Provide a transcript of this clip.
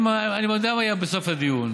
אני יודע מה יהיה בסוף הדיון,